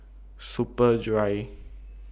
Superdry